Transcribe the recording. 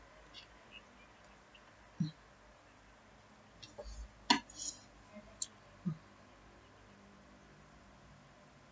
mm mm